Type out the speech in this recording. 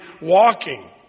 walking